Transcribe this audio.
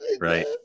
Right